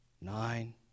nine